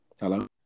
Hello